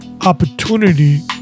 opportunity